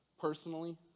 personally